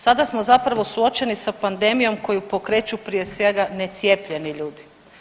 Sada smo zapravo suočeni sa pandemijom koju pokreću prije sve necijepljeni ljudi.